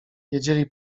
wiedzieli